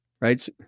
right